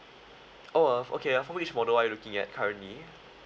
oh uh okay uh for which model are you looking at currently